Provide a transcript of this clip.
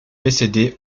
décédées